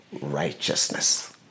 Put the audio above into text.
righteousness